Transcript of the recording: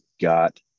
got